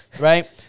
Right